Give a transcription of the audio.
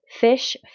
fish